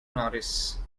norris